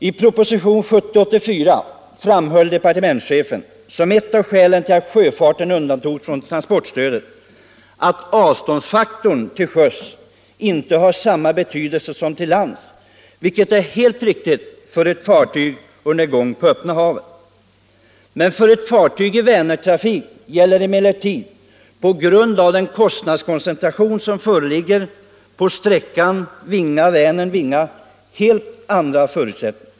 I propositionen 84, år 1970, framhöll departementschefen som ett av skälen till att sjöfarten undantogs från transportstödet att avståndsfaktorn till sjöss inte har samma betydelse som till lands, vilket är helt riktigt för ett fartyg under gång på öppna havet. Men för ett fartyg i Vänertrafik gäller, på grund av den kostnadskoncentration som föreligger på sträckan Vinga-Vänern-Vinga, helt andra förutsättningar.